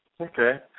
Okay